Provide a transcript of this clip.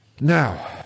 Now